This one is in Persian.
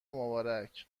مبارک